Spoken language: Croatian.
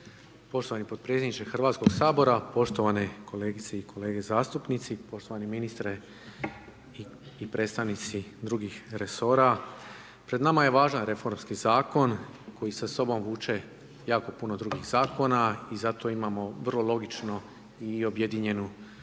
Poštovani potpredsjedniče Hrvatskog sabora. Poštovani kolegice i kolege zastupnici, poštovani ministre i predstavnici drugih resora. Pred nama je važan reformski zakon, koji sa sobom vuče jako puno drugih zakona, i zato imamo vrlo logično i objedinjenu